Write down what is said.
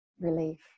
relief